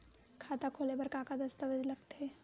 खाता खोले बर का का दस्तावेज लगथे?